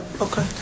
Okay